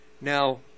Now